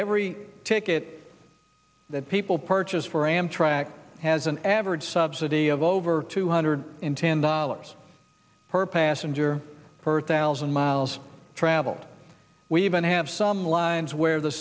every ticket that people purchase for amtrak has an average subsidy of over two hundred and ten dollars per passenger per thousand miles traveled we even have some lines where the